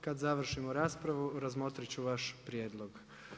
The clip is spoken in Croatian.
Kad završimo raspravu razmotrit ću vaš prijedlog.